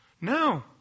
No